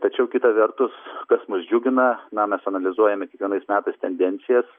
tačiau kita vertus kas mus džiugina na mes analizuojame kiekvienais metais tendencijas